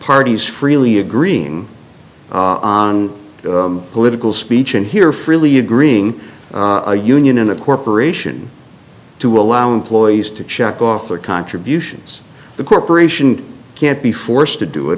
parties freely agreeing on political speech and here freely agreeing on a union in a corporation to allow employees to check off their contributions the corporation can't be forced to do it